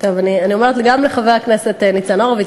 אני אומרת גם לחבר הכנסת ניצן הורוביץ,